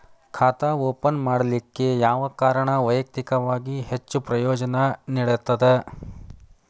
ಖಾತಾ ಓಪನ್ ಮಾಡಲಿಕ್ಕೆ ಯಾವ ಕಾರಣ ವೈಯಕ್ತಿಕವಾಗಿ ಹೆಚ್ಚು ಪ್ರಯೋಜನ ನೇಡತದ?